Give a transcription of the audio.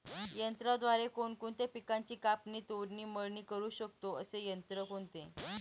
यंत्राद्वारे कोणकोणत्या पिकांची कापणी, तोडणी, मळणी करु शकतो, असे यंत्र कोणते?